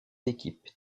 équipes